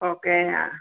okay ആ